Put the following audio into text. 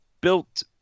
built